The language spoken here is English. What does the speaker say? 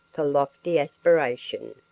for lofty aspiration.